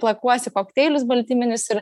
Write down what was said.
plakuosi kokteilius baltyminius ir